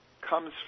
comes